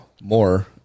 more